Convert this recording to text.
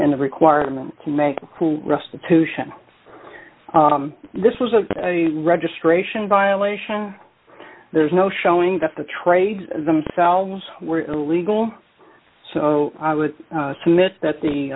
and the requirement to make who restitution this was a registration violation there's no showing that the trades themselves were illegal so i would submit that the